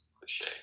cliche